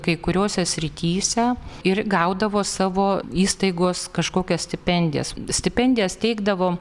kai kuriose srityse ir gaudavo savo įstaigos kažkokias stipendijas stipendijas teikdavo